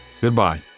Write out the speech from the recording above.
Goodbye